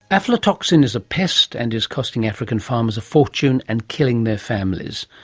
aflatoxin is a pest and is costing african farmers a fortune and killing their families.